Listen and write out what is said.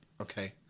okay